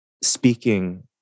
speaking